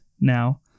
now